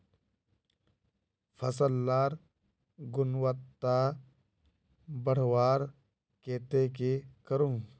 फसल लार गुणवत्ता बढ़वार केते की करूम?